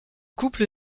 couple